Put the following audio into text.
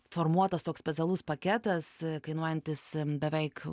formuotas toks specialus paketas kainuojantis beveik